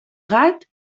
gat